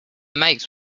makes